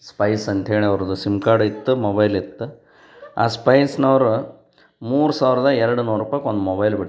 Spice ಅಂತ್ಹೇಳಿ ಅವ್ರ್ದು sim card ಇತ್ತು ಮೊಬೈಲ್ ಇತ್ತು ಆ ಸ್ಪೈಸ್ನವರು ಮೂರು ಸಾವಿರದ ಎರಡು ನೂರು ರೂಪಾಯ್ಕ ಒಂದು ಮೊಬೈಲ್ ಬಿಟ್ರು